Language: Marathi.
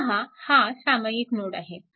मूलतः हा सामायिक नोड आहे